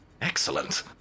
Excellent